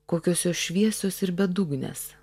kokios jos šviesos ir bedugnės